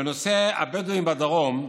לנושא הבדואים בדרום,